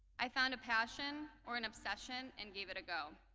i found a passion or an obsession and gave it a go.